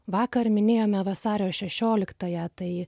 vakar minėjome vasario šešioliktąją tai